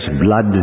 blood